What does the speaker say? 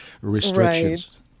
restrictions